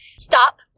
stop